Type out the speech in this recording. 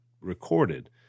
recorded